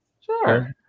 Sure